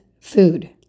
food